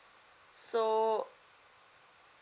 so